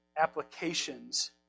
applications